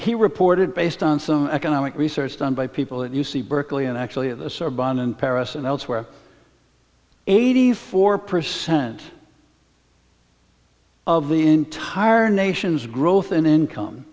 he reported based on some economic research done by people at u c berkeley and actually the serb on in paris and elsewhere eighty four percent of the entire nation's growth in income